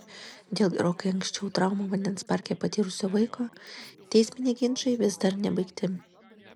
dėl gerokai anksčiau traumą vandens parke patyrusio vaiko teisminiai ginčai vis dar nebaigti